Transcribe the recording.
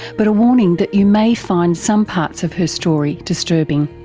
but a warning that you may find some parts of her story disturbing.